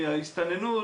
ההסתננות.